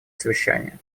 совещания